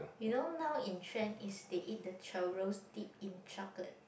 you know now in trend is to eat the churros dip in chocolate